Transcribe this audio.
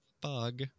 Bug